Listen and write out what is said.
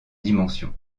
dimension